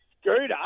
scooter